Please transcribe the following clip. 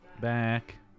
Back